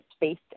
based